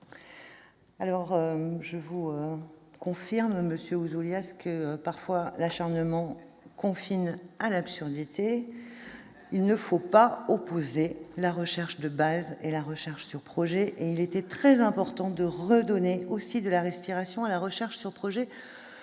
Je vous confirme, monsieur Ouzoulias, que l'acharnement confine parfois à l'absurdité. Il ne faut pas opposer la recherche de base et la recherche sur projets. Et il était très important de redonner aussi de la respiration à la recherche sur projets,